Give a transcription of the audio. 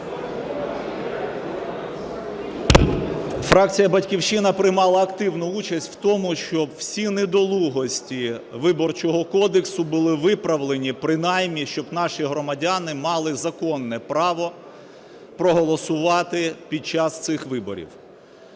Фракція "Батьківщина" приймала активну участь в тому, щоб всі недолугості Виборчого кодексу були виправлені принаймні, щоб наші громадяни мали законне право проголосувати під час цих виборів.